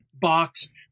box